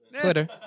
Twitter